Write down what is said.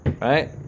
right